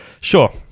Sure